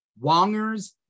Wongers